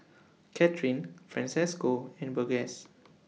Kathrine Francesco and Burgess